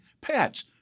pets—